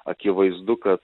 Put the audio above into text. akivaizdu kad